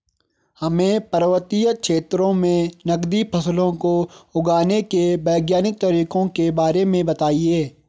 हमें पर्वतीय क्षेत्रों में नगदी फसलों को उगाने के वैज्ञानिक तरीकों के बारे में बताइये?